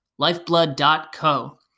Lifeblood.co